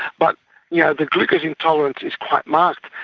but yeah the glucose intolerance is quite masked,